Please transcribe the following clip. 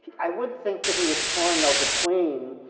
i would think that he was torn, though, between